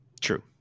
True